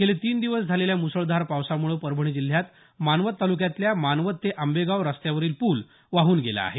गेले तीन दिवस झालेल्या मुसळधार पावसामुळे परभणी जिल्ह्यात मानवत तालुक्यातल्या मानवत ते आंबेगांव रस्त्यावरील पूल वाहून गेला आहे